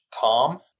Tom